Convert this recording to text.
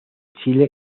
chile